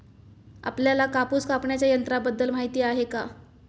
आपल्याला कापूस कापण्याच्या यंत्राबद्दल माहीती आहे का?